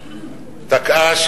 תקעה,